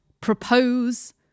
propose